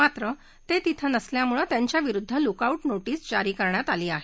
मात्र ते तिथं नसल्यामुळे त्यांच्याविरुद्ध लुकआऊ नो प्त जारी करण्यात आली आहे